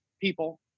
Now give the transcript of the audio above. people